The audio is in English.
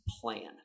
plan